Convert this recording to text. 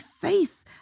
faith